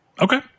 okay